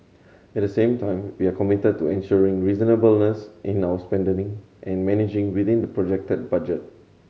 at the same time we are committed to ensuring reasonableness in our spending and managing within the projected budget